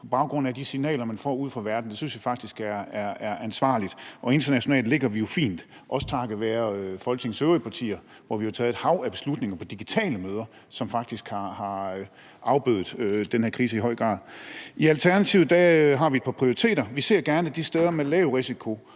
på baggrund af de signaler, man får ude fra verden. Det synes jeg faktisk er ansvarligt. Internationalt ligger vi jo fint, også takket være Folketingets øvrige partier, hvor vi har taget et hav af beslutninger på digitale møder, som faktisk i høj grad har afbødet den her krise. I Alternativet har vi et par prioriteringer. Vi ser gerne, at de steder, der har lav risiko